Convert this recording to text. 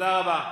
תודה רבה.